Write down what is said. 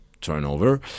turnover